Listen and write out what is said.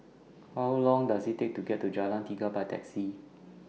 How Long Does IT Take to get to Jalan Tiga By Taxi